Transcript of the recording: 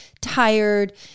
tired